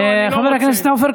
אתה רוצה